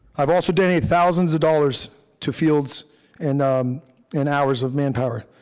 i've also donated thousands of dollars to fields and um and hours of manpower.